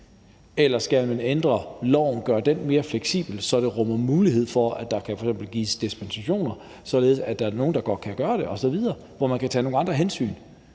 eller om man skal ændre loven og gøre den mere fleksibel, så den f.eks. rummer mulighed for, at der kan gives dispensationer, således at der er nogle, der godt kan gøre det osv., og hvor man kan tage nogle andre hensyn.